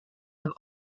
have